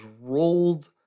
rolled